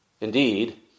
Indeed